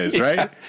right